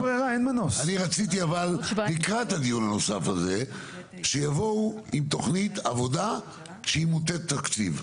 רציתי לקראת הדיון הנוסף הזה שיבואו עם תוכנית עבודה שהיא מוטית תקציב.